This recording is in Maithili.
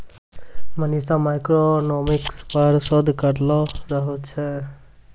मनीषा मैक्रोइकॉनॉमिक्स पर शोध करी रहलो छै